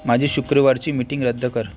माझी शुक्रवारची मीटिंग रद्द कर